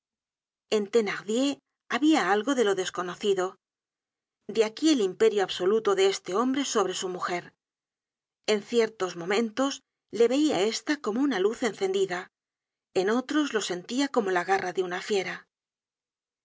en thenardier habia algo de lo desconocido de aquí el imperio absoluto de este hombre sobre su mujer en ciertos momentos le veia esta como una luz encendida en otros lo sentia como la garra de una fiera